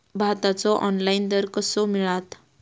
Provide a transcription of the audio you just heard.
भाताचो ऑनलाइन दर कसो मिळात?